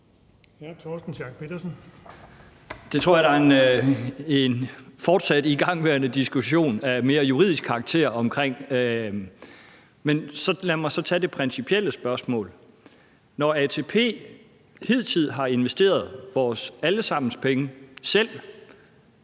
er en fortsat, igangværende diskussion af mere juridisk karakter om. Men lad mig så tage det mere principielle spørgsmål. Når ATP hidtil har investeret vores alle sammens penge selv